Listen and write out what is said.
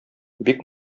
бик